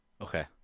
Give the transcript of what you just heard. Okay